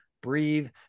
breathe